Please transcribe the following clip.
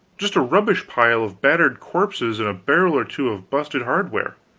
just a rubbish-pile of battered corpses and a barrel or two of busted hardware.